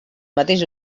mateix